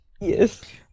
Yes